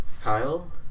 Kyle